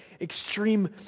extreme